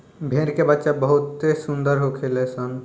भेड़ के बच्चा बहुते सुंदर होखेल सन